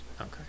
Okay